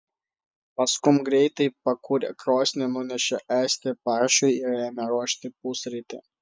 paskum greitai pakūrė krosnį nunešė ėsti paršui ir ėmė ruošti pusrytį